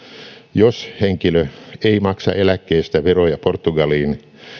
jos henkilö ei maksa eläkkeestä veroja portugaliin